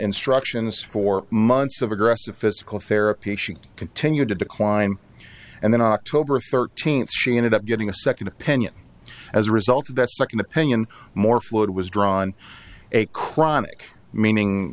instructions for months of aggressive physical therapy she continued to decline and then october thirteenth she ended up getting a second opinion as a result of that second opinion more fluid was drawn a chronic meaning